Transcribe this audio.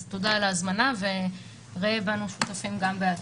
אז תודה על ההזמנה וראה בנו שותפים גם בעתיד.